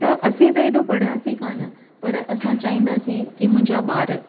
त असीं त हेॾो पढ़ियासीं कान पर असां चाहींदासीं कि मुंहिंजा ॿारु